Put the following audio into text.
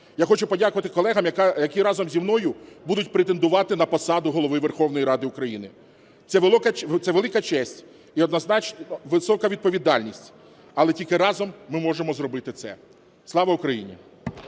Я хочу подякувати колегам, які разом зі мною будуть претендувати на посаду Голови Верховної Ради України. Це велика честь і однозначно висока відповідальність, але тільки разом ми можемо зробити це. Слава Україні!